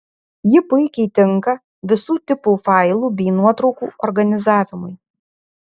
ji puikiai tinka visų tipų failų bei nuotraukų organizavimui